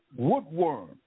woodworm